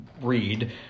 read